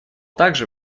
также